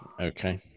Okay